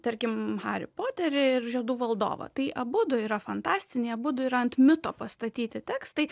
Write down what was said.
tarkim harį poterį ir žiedų valdovą tai abudu yra fantastiniai abudu yra ant mito pastatyti tekstai